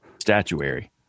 statuary